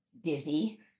dizzy